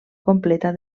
completa